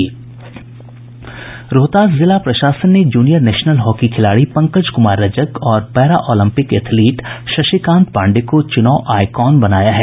रोहतास जिला प्रशासन ने जूनियर नेशनल हॉकी खिलाड़ी पंकज कुमार रजक और para Olympic athlete Shashikant Pandey को चुनाव आइकॉन बनाया है